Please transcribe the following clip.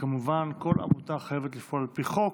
וכמובן כל עמותה חייבת לפעול על פי חוק,